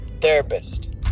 therapist